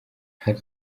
hari